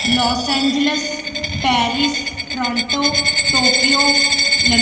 loss Angeles Paris Toronto Tokyo ਲ